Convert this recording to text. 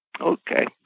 Okay